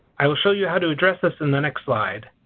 i will show you how to address this in the next slide.